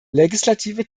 legislative